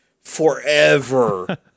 forever